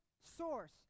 source